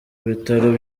ibitaro